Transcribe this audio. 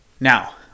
Now